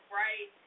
right